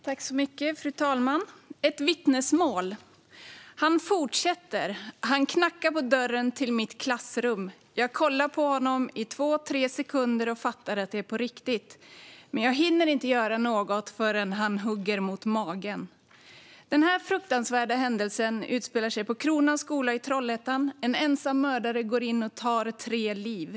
Fru talman! Det här är ett vittnesmål: Han fortsätter. Han knackar på dörren till mitt klassrum. Jag kollar på honom i två tre sekunder och fattar att det är på riktigt. Men jag hinner inte göra något förrän han hugger mot magen. Den här fruktansvärda händelsen utspelade sig på Kronan, en skola i Trollhättan. En ensam mördare gick in och tog tre liv.